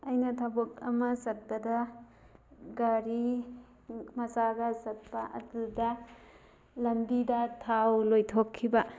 ꯑꯩꯅ ꯊꯕꯛ ꯑꯃ ꯆꯠꯄꯗ ꯒꯥꯔꯤ ꯃꯆꯥꯗ ꯆꯠꯄ ꯑꯗꯨꯗ ꯂꯝꯕꯤꯗ ꯊꯥꯎ ꯂꯣꯏꯊꯣꯛꯈꯤꯕ